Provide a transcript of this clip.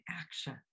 action